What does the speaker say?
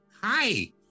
Hi